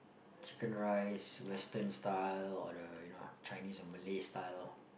chicken rice western style or the you know Chinese or Malay style